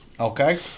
Okay